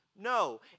No